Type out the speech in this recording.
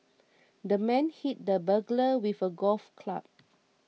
the man hit the burglar with a golf club